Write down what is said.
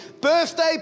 birthday